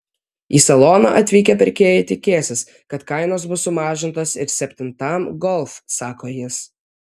į saloną atvykę pirkėjai tikėsis kad kainos bus sumažintos ir septintam golf sako jis